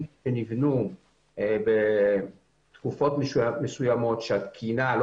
הם נבנו בתקופות מסוימות שהתקינה לא